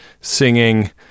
singing